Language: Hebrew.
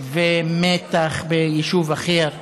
ומתח ביישוב אחר.